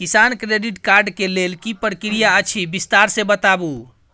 किसान credit card के लेल की प्रक्रिया अछि विस्तार से बताबू?